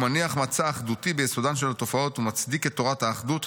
הוא מניח מצע אחדותי ביסודן של התופעות ומצדיק את תורת האחדות,